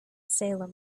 salem